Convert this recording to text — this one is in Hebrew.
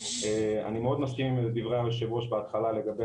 אני מאוד מסכים עם דברי היושב ראש בפתיחת הדיון לגבי